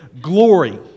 glory